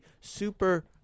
super